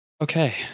Okay